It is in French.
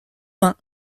vin